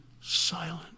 silent